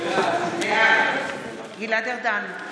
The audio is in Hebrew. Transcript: בעד גלעד ארדן,